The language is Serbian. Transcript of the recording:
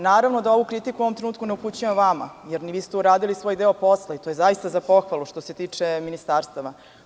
Naravno da ovu kritiku u ovom trenutkune upućujem vama, jer vi ste uradili svoj deo posla i to je zaista za pohvalu, što se tiče ministarstava.